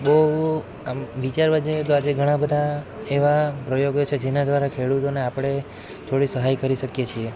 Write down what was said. જો આમ વિચારવા જઈએ તો આજે ઘણાં બધાં એવા પ્રયોગો છે જેના દ્વારા ખેડૂતોને આપણે થોડી સહાય કરી શકીએ છીએ